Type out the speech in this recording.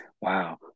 Wow